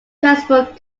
transport